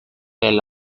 del